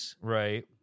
Right